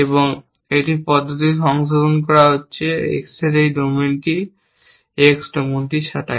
এবং এটি পদ্ধতি সংশোধন করা হচ্ছে X এর এই ডোমেন X ডোমেনটি ছাঁটাই